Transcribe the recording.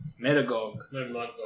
Metagog